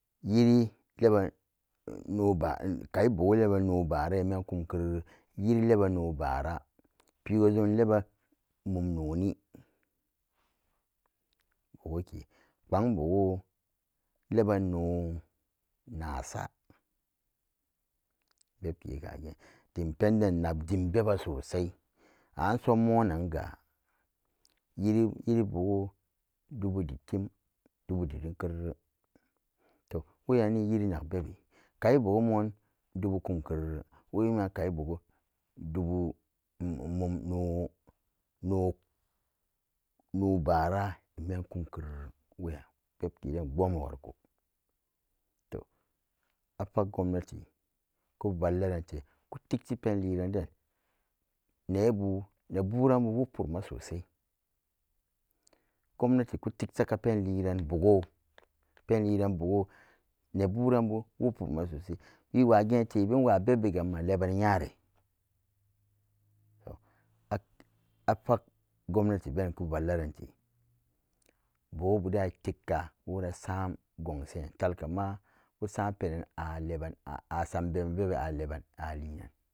Yiri leban noba kai bugu leba no bara emem-kumkerere yiri leba no bara pigo-jom leba mum noni okay kebang bugu lebano nasa bebke kageen dimpenden nok dim beba sosoi anso mo'onanga yiri yiri bugu dubu dittim dubu dittimkerere to weyanni yiri nak bebi kai bugu mo'on budu kumkerere wemiyan kai bugu dubu-mum no no bara emem kumkerere weyan bebkeden pboma wariko to apak gwamnati ku vallaronte kutigshi penliren den nebu nebaranbu wuk purum-ma sosai gwamnati ku tigsa ka penliran bugu-penliran bugu neguranbu wuk puruma sosai wewa geentebe nwa bebbe ga ema lebani nyare to a-afag gwamnati been ku vallarante bugubul da'an etigka worasam gonsen talakama ku sam penan a lebban a lebban a lien-nan.